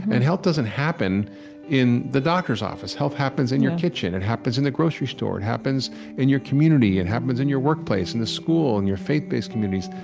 and health doesn't happen in the doctor's office. health happens in your kitchen, it happens in the grocery store, it happens in your community, it and happens in your workplace and the school and your faith-based communities.